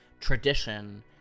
tradition